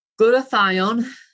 Glutathione